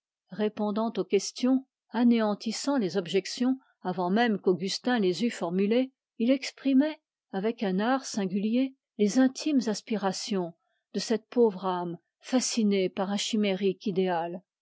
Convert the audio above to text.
répondant aux questions anéantissant les objections avant même qu'augustin les eût formulées il exprimait avec un art singulier les intimes aspirations de cette pauvre âme fascinée par un chimérique idéal